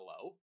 hello